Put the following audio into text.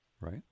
right